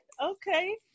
Okay